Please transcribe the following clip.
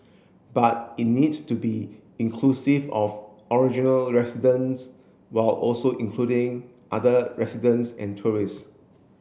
but it needs to be inclusive of original residents while also including other residents and tourists